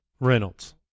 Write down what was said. Reynolds